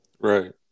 Right